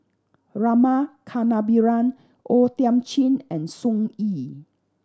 Rama Kannabiran O Thiam Chin and Sun Yee